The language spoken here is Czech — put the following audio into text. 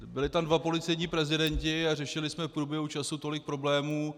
Byli tam dva policejní prezidenti a řešili jsme v průběhu času tolik problémů.